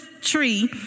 tree